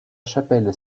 chapelle